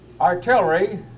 artillery